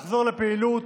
לחזור לפעילות.